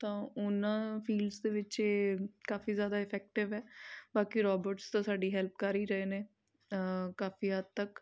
ਤਾਂ ਉਹਨਾਂ ਫੀਲਡਸ ਦੇ ਵਿੱਚ ਇਹ ਕਾਫੀ ਜ਼ਿਆਦਾ ਇਫੈਕਟਿਵ ਹੈ ਬਾਕੀ ਰੋਬੋਟਸ ਤਾਂ ਸਾਡੀ ਹੈਲਪ ਕਰ ਹੀ ਰਹੇ ਨੇ ਕਾਫੀ ਹੱਦ ਤੱਕ